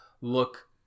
look